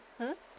hmm